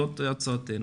זאת הצעתנו.